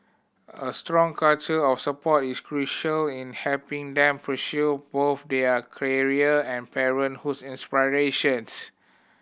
a strong culture of support is crucial in helping them pursue both their career and parenthood aspirations